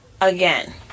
again